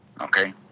Okay